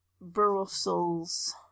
Brussels